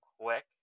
quick